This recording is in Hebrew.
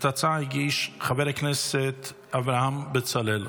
את ההצעה הגיש חבר הכנסת אברהם בצלאל.